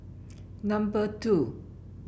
number two